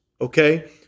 Okay